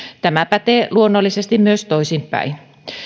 tämä pätee luonnollisesti myös toisinpäin